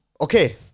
okay